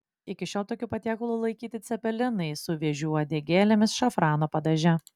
iki šiol tokiu patiekalu laikyti cepelinai su vėžių uodegėlėmis šafrano padaže